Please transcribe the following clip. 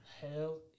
Hell